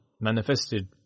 manifested